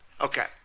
Okay